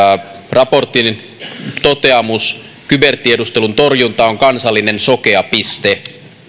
raportin toteamus kybertiedustelun torjunta on kansallinen sokea piste